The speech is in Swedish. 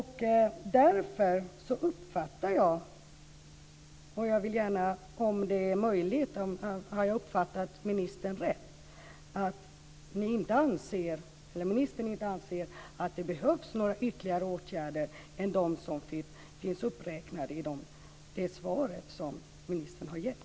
Har jag uppfattat ministern rätt, att ministern inte anser att det behövs några ytterligare åtgärder än de som finns uppräknade i det svar som ministern har gett?